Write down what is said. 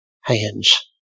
hands